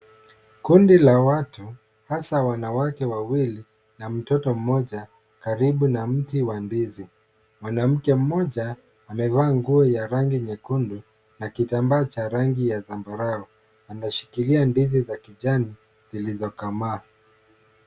Kundi la watu hasa wanawake wawili na mtoto mmojakaribu na mti wa ndizi. Mwanamke mmoja amevaa nguo ya rangi nyekundu na kitambaa cha rangi ya zambarau, anashikilia ndizi za kijani zilizokomaa.